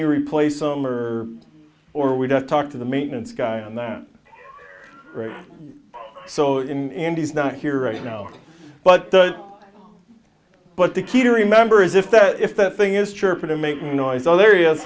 you replace them or or we don't talk to the maintenance guy on the right so in and he's not here right now but but the key to remember is if that if that thing is chirpy to make noise other areas